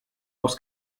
aus